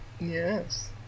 yes